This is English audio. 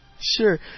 Sure